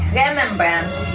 remembrance